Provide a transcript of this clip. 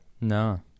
No